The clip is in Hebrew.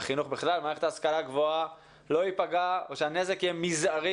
החינוך בכלל ומערכת ההשכלה הגבוהה לא ייפגע או שהנזק יהיה מזערי,